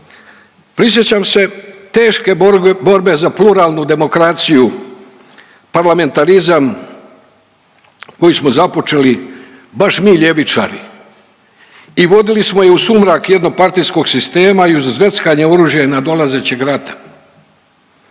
Prisjećam se teške borbe za pluralnu demokraciju, parlamentarizam koji smo započeli baš mi ljevičari i vodili smo je u sumrak jednopartijskog sistema i uz zveckanje oružja i nadolazećeg rata.